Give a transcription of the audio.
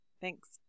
Thanks